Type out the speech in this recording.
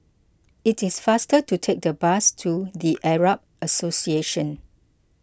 it is faster to take the bus to the Arab Association